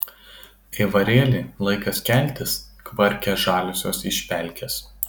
aivarėli laikas keltis kvarkia žaliosios iš pelkės